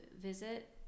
visit